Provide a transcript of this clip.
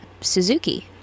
suzuki